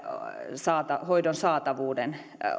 hoidon saatavuuden